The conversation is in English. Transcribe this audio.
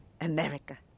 America